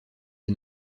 est